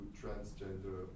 transgender